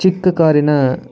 ಚಿಕ್ಕ ಕಾರಿನ